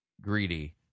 greedy